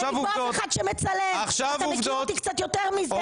אתה מכיר אותי קצת יותר מזה.